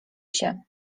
się